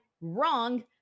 wrong